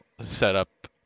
setup